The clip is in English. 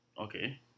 Okay